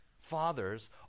fathers